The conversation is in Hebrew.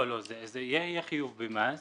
לא, יהיה חיוב במס.